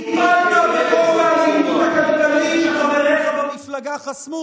טיפלת, האלימות הכלכלית, שחבריך במפלגה חסמו?